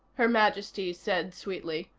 her majesty said sweetly.